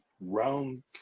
round